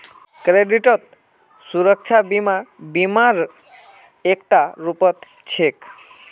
credit सुरक्षा बीमा बीमा र एकता रूप छिके